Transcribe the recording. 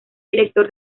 director